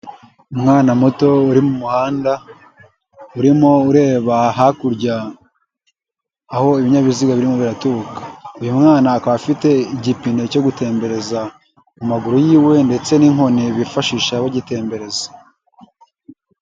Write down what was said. Umwana muto uri mu muhanda, urimo ureba hakurya aho ibinyabiziga birimo biraturuka. uyu mwana akaba afite igipine cyo gutembereza ku maguru yiwe ndetse n'inkoni bifashisha bagitembereza.